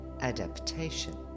adaptation